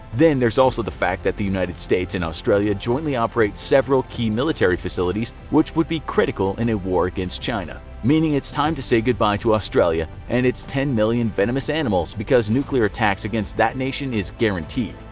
then there's also the fact that the united states and australia jointly operate several key military facilities which would be critical in a war against china meaning it's time to say goodbye to australia and its ten million venomous animals because nuclear attacks against the nation is guaranteed.